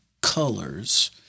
colors